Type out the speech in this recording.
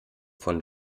von